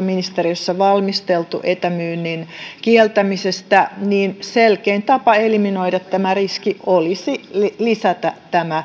ministeriössä valmisteltu etämyynnin kieltämisestä niin selkein tapa eliminoida tämä riski olisi lisätä tämä